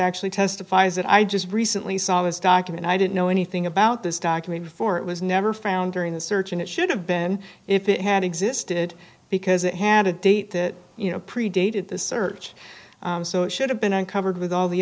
actually testifies that i just recently saw this document i didn't know anything about this document before it was never found during the search and it should have been if it had existed because it had a date that you know predated the search so it should have been uncovered with all the